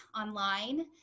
online